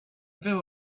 there